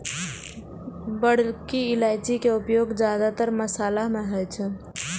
बड़की इलायची के उपयोग जादेतर मशाला मे होइ छै